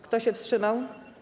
Kto się wstrzymał?